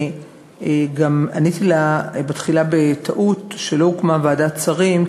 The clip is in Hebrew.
אני גם עניתי לה בתחילה בטעות שלא הוקמה ועדת שרים,